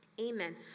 Amen